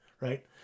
right